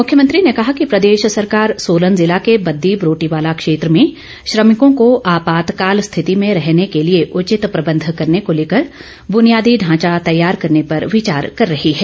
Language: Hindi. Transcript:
मुख्यमंत्री ने कहा कि प्रदेश सरकार सोलन जिला के बददी बरोटीवाला क्षेत्र में श्रमिकों को आपातकाल स्थिति में रहने के लिए उचित प्रबंध करने को लेकर बूनियादी ढांचा तैयार करने पर विचार कर रही है